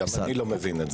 גם אני לא מבין.